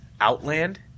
Outland